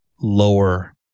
lower